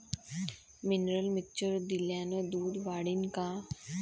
Mineral mixture दिल्यानं दूध वाढीनं का?